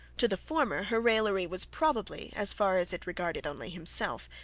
to the former her raillery was probably, as far as it regarded only himself,